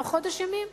לא חודש ימים.